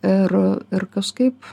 ir ir kažkaip